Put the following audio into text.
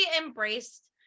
embraced